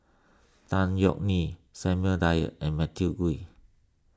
Tan Yeok Nee Samuel Dyer and Matthew Ngui